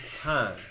time